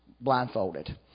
blindfolded